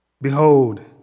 Behold